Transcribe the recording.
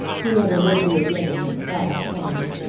he never would be again that was plain.